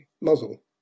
muzzle